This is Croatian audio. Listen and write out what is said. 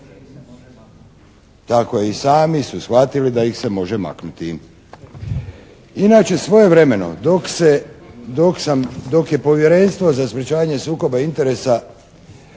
tako je i sami su shvatili da ih se može maknuti. Inače svojevremeno dok se, dok sam, dok je Povjerenstvo za sprečavanje sukoba interesa